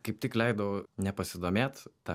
kaip tik leidau nepasidomėt ta